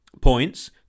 points